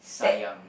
sad